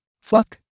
Fuck